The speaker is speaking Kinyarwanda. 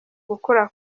gukura